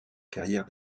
carrière